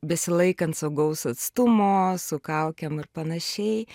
besilaikant saugaus atstumo su kaukėm ir panašiai